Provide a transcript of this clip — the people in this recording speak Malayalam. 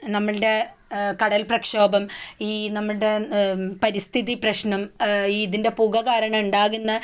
നമ്മളുടെ കടൽ പ്രക്ഷോഭം ഈ നമ്മളുടെ പരിസ്ഥിതി പ്രശ്നം ഇതിൻ്റെ പുക കാരണം ഉണ്ടാകുന്ന